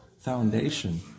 foundation